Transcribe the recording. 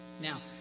Now